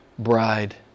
bride